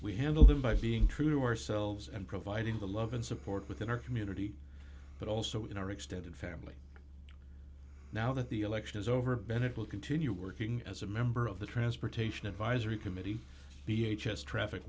we handle them by being true to ourselves and providing the love and support within our community but also in our extended family now that the election is over bennett will continue working as a member of the transportation advisory committee p h s traffic